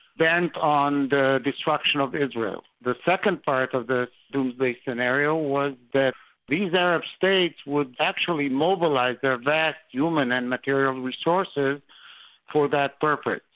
bent on the destruction of israel. the second part of the doomsday scenario was that these arab states would actually mobilise their vast human and material resources for that purpose.